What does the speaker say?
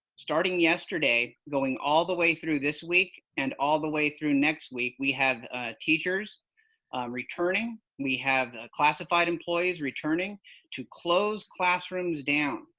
starting yesterday, going all the way through this week and all the way through next week. we have teachers returning. we have classified employees returning to close classrooms down.